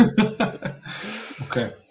Okay